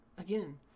again